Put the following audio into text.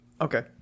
okay